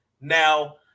now